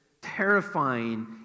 terrifying